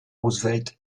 roosevelt